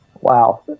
Wow